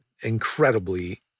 incredibly